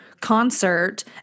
concert